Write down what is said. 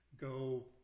go